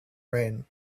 rain